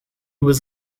was